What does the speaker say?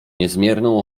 niezmierną